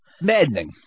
Maddening